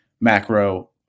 macro